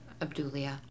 Abdulia